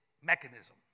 mechanism